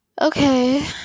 Okay